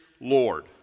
Lord